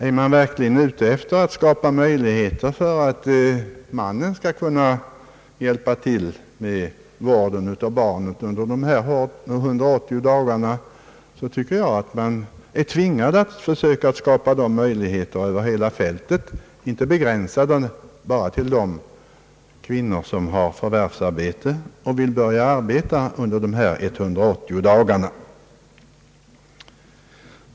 är man verkligen ute efter att skapa möjligheter för mannen att hjälpa till med vården av barnet under de 180 dagarna, anser jag att man är tvingad att försöka skapa sådana möjligheter över hela fältet och inte begränsa dem bara till de fall där modern har förvärvsarbete och vill återgå till arbete innan dessa 180 dagar förflutit.